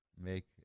make